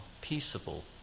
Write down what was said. peaceable